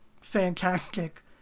fantastic